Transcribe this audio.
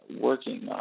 working